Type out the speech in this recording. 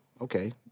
okay